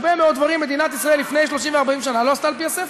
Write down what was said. הרבה מאוד דברים מדינת ישראל לפני 30 ו-40 שנה לא עשתה לפי הספר.